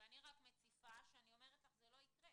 ואני רק מציפה שאני אומרת לך זה לא יקרה.